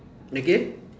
again